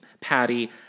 patty